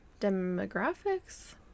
demographics